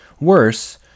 Worse